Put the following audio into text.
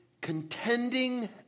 Contending